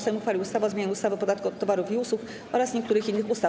Sejm uchwalił ustawę o zmianie ustawy o podatku od towarów i usług oraz niektórych innych ustaw.